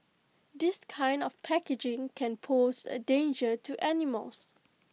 this kind of packaging can pose A danger to animals